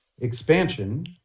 expansion